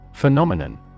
Phenomenon